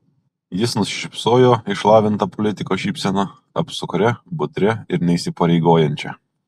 jis nusišypsojo išlavinta politiko šypsena apsukria budria ir neįsipareigojančia